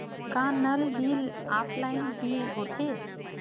का नल bill offline हि होथे?